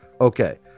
Okay